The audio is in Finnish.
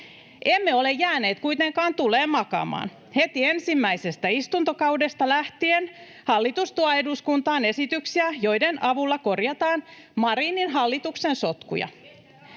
Emme ole jääneet kuitenkaan tuleen makaamaan. Heti ensimmäisestä istuntokaudesta lähtien hallitus tuo eduskuntaan esityksiä, joiden avulla korjataan Marinin hallituksen sotkuja.